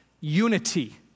unity